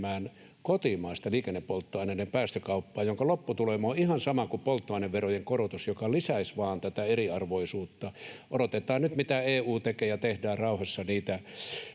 kotimaista liikennepolttoaineiden päästökauppaa, jonka lopputulema on ihan sama kuin polttoaineverojen korotus, joka vain lisäisi tätä eriarvoisuutta. Odotetaan nyt, mitä EU tekee, ja tehdään rauhassa niitä